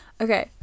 okay